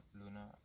Luna